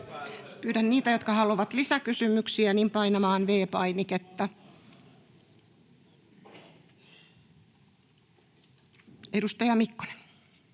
Pyydän niitä, jotka haluavat lisäkysymyksiä, painamaan V-painiketta. — Edustaja Mikkonen.